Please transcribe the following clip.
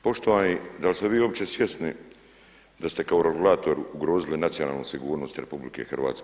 Poštovani da li ste vi uopće svjesni da ste kao regulator ugrozili nacionalnu sigurnost RH?